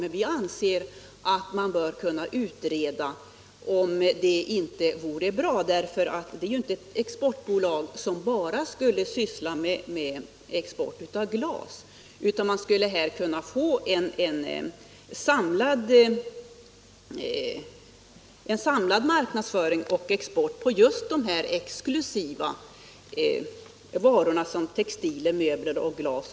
Däremot anser vi att man bör kunna utreda om det inte vore bra att ha ett sådant, för exportbolaget skulle ju inte bara syssla med export av glas, utan vi skulle här kunna få en samlad marknadsföring och export av just sådana exklusiva varor som textilier, möbler och glas.